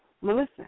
Melissa